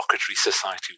society